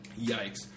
Yikes